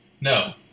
No